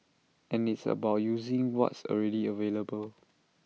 and it's about using what's already available